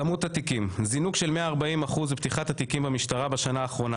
"זינוק של 140% בפתיחת התיקים במשטרה בשנה האחרונה.